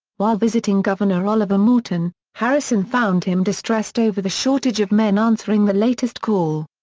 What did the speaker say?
while visiting governor oliver morton, harrison found him distressed over the shortage of men answering the latest call.